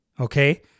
okay